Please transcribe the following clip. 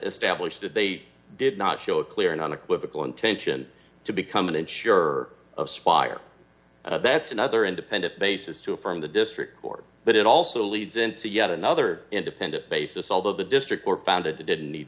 establish that they did not show a clear and unequivocal intention to become an insurer of fire that's another independent basis to affirm the district court but it also leads into yet another independent basis although the district court found it didn't need